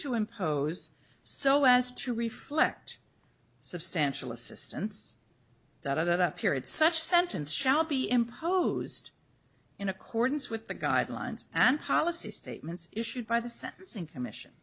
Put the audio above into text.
to impose so as to reflect substantial assistance that either that period such sentence shall be imposed in accordance with the guidelines and policy statements issued by the sentencing commission